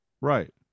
right